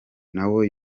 nawe